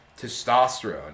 testosterone